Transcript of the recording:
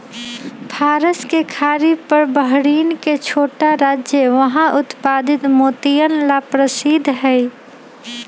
फारस के खाड़ी पर बहरीन के छोटा राष्ट्र वहां उत्पादित मोतियन ला प्रसिद्ध हई